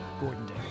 Gordon